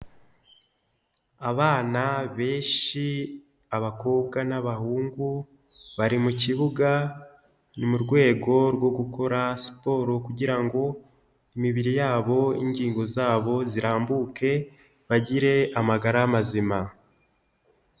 Abana benshi, abakobwa n'abahungu, bari mu kibuga, ni mu rwego rwo gukora siporo kugira ngo imibiri yabo, ingingo zabo zirambuke, bagire amagara mazima.